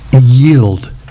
yield